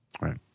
Right